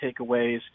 takeaways